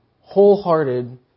wholehearted